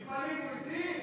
מפעלים הוא הציל?